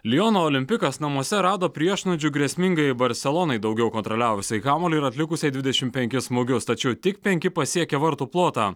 liono olimpikas namuose rado priešnuodžių grėsmingai barselonai daugiau kontroliavusiai kamuolį ir atlikusiai dvidešimt penkis smūgius tačiau tik penki pasiekė vartų plotą